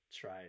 Try